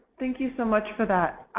thank you so much for that.